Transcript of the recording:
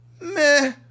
Meh